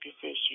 position